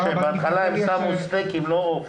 בהתחלה הם שמו סטייקים ולא עוף.